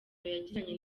yagiranye